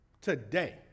Today